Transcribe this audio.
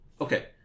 Okay